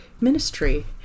ministry